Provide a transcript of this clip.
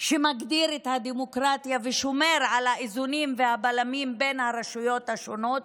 שמגדיר את הדמוקרטיה ושומר על האיזונים והבלמים בין הרשויות השונות,